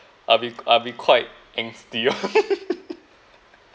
I'll be I'll be quite angsty lor